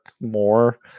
more